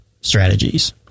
strategies